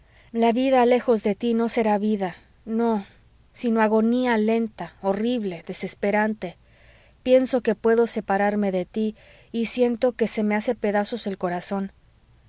la vida lejos de tí no será vida no sino agonía lenta horrible desesperante pienso que puedo separarme de tí y siento que se me hace pedazos el corazón